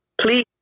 Please